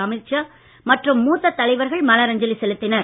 அமித்ஷா மற்றும் மூத்த தலைவர்கள் மலரஞ்சலி செலுத்தினர்